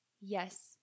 Yes